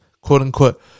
quote-unquote